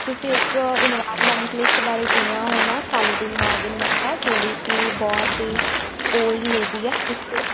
ਤੁਸੀਂ ਇੱਕ ਇਨਵਾਇਰਮੈਂਟਲਿਸਟ ਬਾਰੇ ਸੁਣਿਆ ਹੋਣਾ ਸਾਲੋਦੀਨ ਮਾਰਦੀਨ ਮੱਕਾ ਜਿਹੜੀ ਕਿ ਬਹੁਤ ਹੀ ਓਲਡ ਲੇਡੀ ਆ